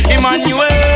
Emmanuel